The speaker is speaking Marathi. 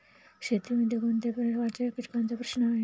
शेतीमध्ये कोणत्या प्रकारच्या कीटकांचा प्रश्न आहे?